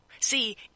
See